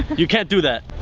you can't do that.